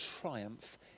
triumph